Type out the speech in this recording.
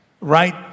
right